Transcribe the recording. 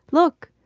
look,